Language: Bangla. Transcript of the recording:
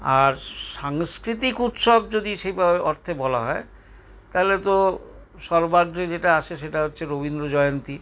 আর সাংস্কৃতিক উৎসব যদি সেইভাবে অর্থে বলা হয় তাহলে তো সর্বাগ্রে যেটা আসে সেটা হচ্ছে রবীন্দ্র জয়ন্তী